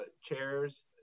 chairs